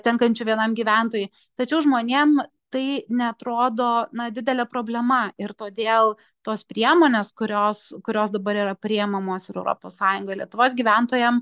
tenkančių vienam gyventojui tačiau žmonėm tai neatrodo na didelė problema ir todėl tos priemonės kurios kurios dabar yra priimamos ir europos sąjungoj lietuvos gyventojam